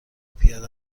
پیاده